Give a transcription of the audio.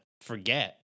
forget